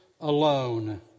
alone